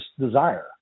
desire